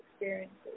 experiences